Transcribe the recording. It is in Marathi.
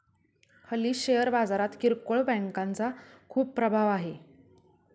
हल्ली शेअर बाजारात किरकोळ बँकांचा खूप प्रभाव आहे